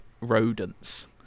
rodents